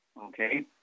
okay